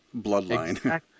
bloodline